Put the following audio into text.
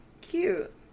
cute